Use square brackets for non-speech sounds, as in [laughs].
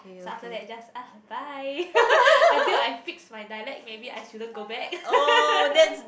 so after that just ah bye [laughs] until I fix my dialect maybe I shouldn't go back [laughs]